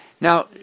Now